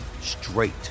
straight